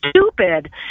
stupid